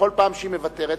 בכל פעם שהיא מוותרת,